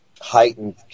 heightened